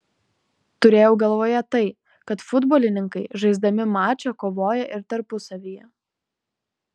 turėjau galvoje tai kad futbolininkai žaisdami mačą kovoja ir tarpusavyje